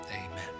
Amen